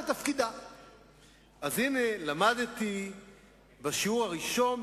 מאמין ביושרה שלך,